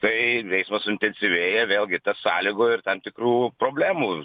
tai eismas suintensyvėja vėlgi tas sąlygoja ir tam tikrų problemų